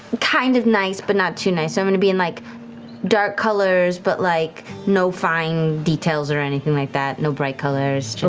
kind of nice, but not too nice. i'm going to be in like dark colors, but like no fine details or anything like that, no bright colors,